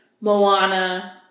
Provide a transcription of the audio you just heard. Moana